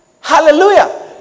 Hallelujah